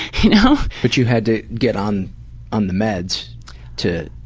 you know? but you had to get on on the meds to